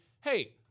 hey